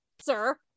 sir